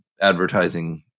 advertising